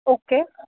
okay